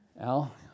Al